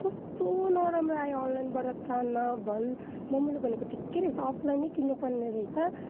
कस्तो नराम्रो आयो अनलाइनबाट त नभन् मम्मीले भनेको ठिक्कै रहेछ अफलाइनै किन्नु पर्ने रहेछ